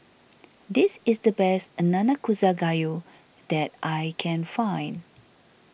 this is the best Nanakusa Gayu that I can find